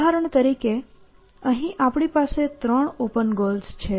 ઉદાહરણ તરીકે અહીં આપણી પાસે ત્રણ ઓપન ગોલ્સ છે